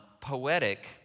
poetic